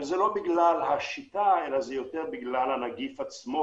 אבל זה לא בגלל השיטה אלא יותר בגלל הנגיף עצמו,